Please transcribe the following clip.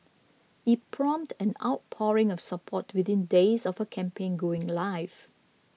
it prompted an outpouring of support within days of her campaign going live